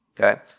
Okay